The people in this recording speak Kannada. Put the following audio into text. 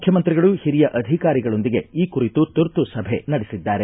ಮುಖ್ಯಮಂತ್ರಿಗಳು ಓರಿಯ ಅಧಿಕಾರಿಗಳೊಂದಿಗೆ ಈ ಕುರಿತು ತುರ್ತು ಸಭೆ ನಡೆಸಿದ್ದಾರೆ